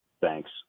Thanks